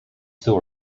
still